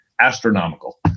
astronomical